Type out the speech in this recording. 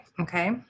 okay